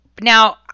Now